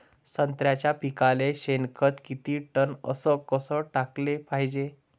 संत्र्याच्या पिकाले शेनखत किती टन अस कस टाकाले पायजे?